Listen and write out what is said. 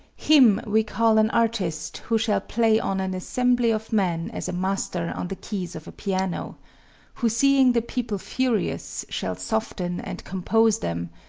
him we call an artist who shall play on an assembly of men as a master on the keys of a piano who seeing the people furious, shall soften and compose them,